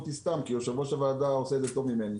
יושב-ראש הועדה עושה זאת טוב ממני.